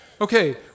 Okay